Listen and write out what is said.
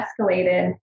escalated